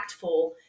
impactful